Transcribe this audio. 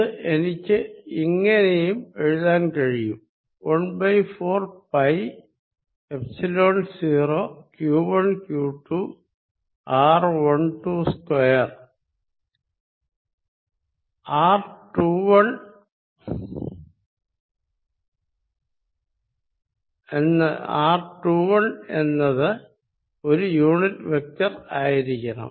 ഇത് എനിക്ക് ഇങ്ങിനെയും എഴുതാൻ കഴിയും 14 pi epsilon 0 q1q2 r122 r21 r21 എന്നത് ഒരു യൂണിറ്റ് വെക്ടർ ആയിരിക്കണം